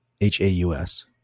H-A-U-S